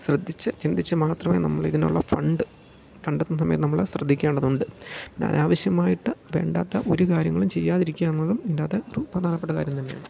ശ്രദ്ധിച്ച് ചിന്തിച്ച് മാത്രമേ നമ്മൾ അതിനൊള്ള ഫണ്ട് കണ്ടെത്തുന്ന സമയത്ത് നമ്മൾ ശ്രദ്ധിക്കേണ്ടതുണ്ട് പിന്നെ അനാവശ്യമായിട്ട് വേണ്ടാത്ത ഒരു കാര്യങ്ങളും ചെയ്യാതിരിക്കുക എന്നതും ഇതിന്റാത്തെ ഒരു പ്രധാനപ്പെട്ട കാര്യം തന്നെയാണ്